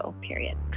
period